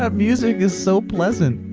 ah music is so pleasant.